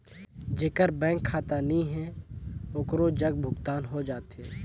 जेकर बैंक खाता नहीं है ओकरो जग भुगतान हो जाथे?